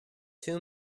two